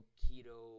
keto